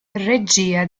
regia